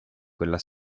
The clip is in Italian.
quella